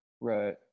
Right